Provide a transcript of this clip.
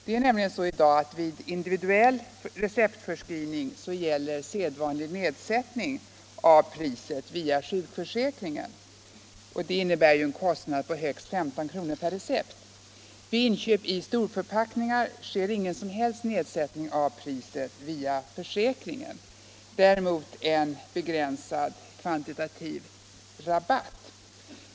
Det är nämligen så i dag att vid individuell receptförskrivning gäller sedvanlig nedsättning av priset via sjukförsäkringen, vilket innebär en kostnad på högst 15 kr. per recept. Vid inköp i storförpackning sker ingen som helst nedsättning av priset via försäkringen. Däremot ges en begränsad kvantitetsrabatt.